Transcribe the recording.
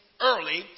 early